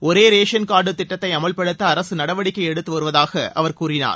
ஒரே ரேஷன்கார்டு திட்டத்தை அமல்படுத்த அரசு நடவடிக்கை எடுத்து வருவதாக அவர் கூறினார்